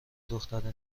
دخترانی